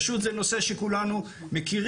פשוט זה נושא שכולנו מכירים.